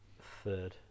third